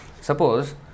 suppose